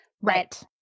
Right